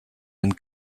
and